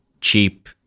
cheap